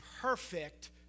perfect